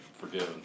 forgiven